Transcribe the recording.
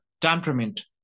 temperament